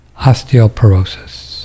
osteoporosis